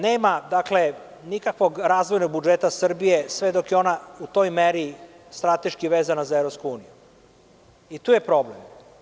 Nema nikakvog razvojnog budžeta Srbije sve dok je ona u toj meri strateški vezana za EU i tu je problem.